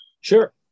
Sure